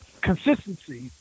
Consistency